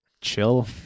chill